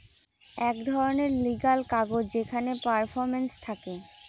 এক রকমের লিগ্যাল কাগজ যেখানে পারফরম্যান্স থাকে